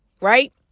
right